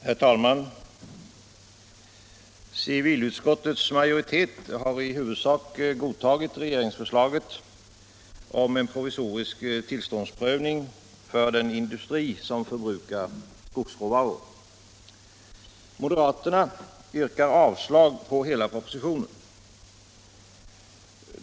Herr talman! Civilutskottets majoritet har i huvudsak godtagit regeringsförslaget om en provisorisk tillståndsprövning för den industri som förbrukar skogsråvaror. Moderaterna yrkar avslag på hela propositionen.